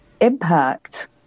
impact